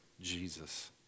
Jesus